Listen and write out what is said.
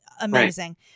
amazing